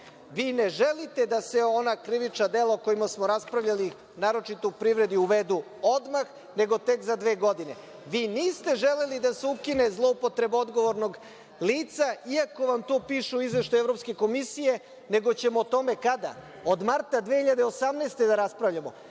Vi ne želite da se ona krivična dela o kojima smo raspravljali, naročito u privredi, uvedu odmah, nego tek za dve godine. Vi niste želeli da se ukine zloupotreba odgovornog lica, iako vam to piše u izveštaju Evropske komisije, nego ćemo o tome kada, od marta 2018. godine da raspravljamo? Ne